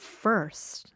first